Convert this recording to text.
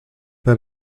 pas